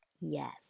Yes